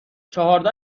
چهارده